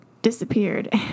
disappeared